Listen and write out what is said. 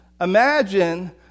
Imagine